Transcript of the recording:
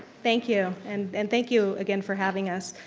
thank you and and thank you again for having us.